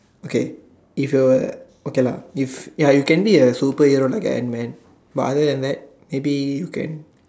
okay if you were okay lah if ya you can be a superhero like Antman but other than that maybe you can